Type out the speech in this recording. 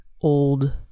old